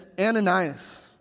Ananias